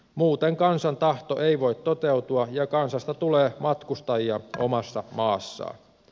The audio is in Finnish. muuten kansan tahto ei voi toteutua ja kansasta tulee matkustajia omassa maassaan